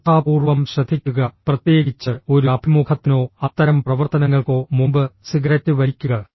ശ്രദ്ധാപൂർവ്വം ശ്രദ്ധിക്കുക പ്രത്യേകിച്ച് ഒരു അഭിമുഖത്തിനോ അത്തരം പ്രവർത്തനങ്ങൾക്കോ മുമ്പ് സിഗരറ്റ് വലിക്കുക